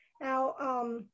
Now